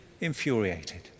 infuriated